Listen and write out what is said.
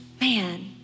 Man